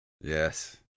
Yes